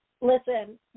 Listen